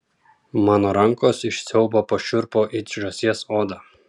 mano rankos iš siaubo pašiurpo it žąsies oda